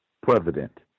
president